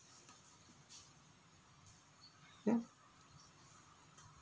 yeah